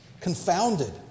confounded